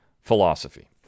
philosophy